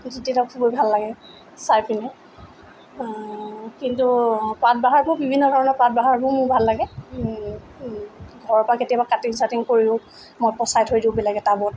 প্ৰতিজোপা ফুল ভাল লাগে চাই পিনে কিন্তু পাত বাহাৰবোৰ বিভিন্ন ধৰণৰ পাত বাহাৰবোৰ মোৰ ভাল লাগে ঘৰৰ পৰা কেতিয়াবা কাটিং চাটিং কৰিও মই পচাই থৈ দিওঁ বেলেগে টাবত